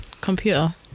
computer